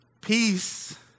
peace